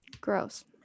gross